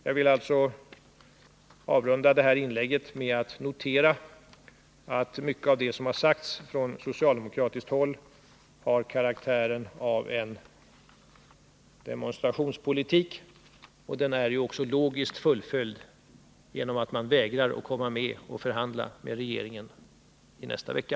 Jag vill avrunda det här inlägget med att notera att mycket av det som har sagts från socialdemokratiskt håll har karaktären av demonstrationspolitik. Den är också logiskt fullföljd genom att man vägrar att kommå med och förhandla med regeringen nästa vecka.